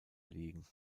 legen